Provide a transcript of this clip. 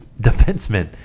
defenseman